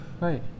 right